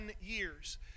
years